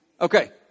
Okay